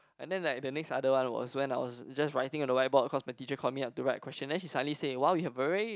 and then like the next other one was when I was just writing on the white board cause my teacher called me I have to write the question then she suddenly say !wow! you have very